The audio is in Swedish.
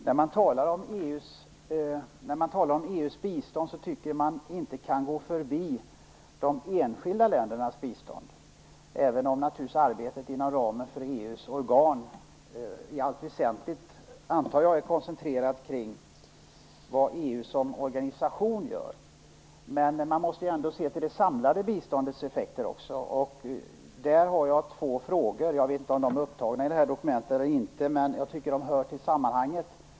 När man talar om EU:s bistånd tycker jag inte att man kan gå förbi de enskilda ländernas bistånd, även om naturligtvis arbetet inom ramen för EU:s organ i allt väsentligt, antar jag, är koncentrerat kring vad EU som organisation gör. Men man måste ändå se till det samlade biståndets effekter också. Där har jag två frågor. Jag vet inte om de är upptagna i det här dokumentet eller inte, men jag tycker att de hör till sammanhanget.